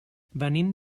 venim